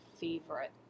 favorite